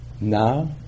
Now